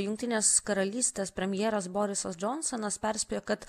jungtinės karalystės premjeras borisas džonsonas perspėja kad